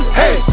hey